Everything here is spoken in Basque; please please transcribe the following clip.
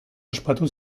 ospatu